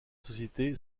société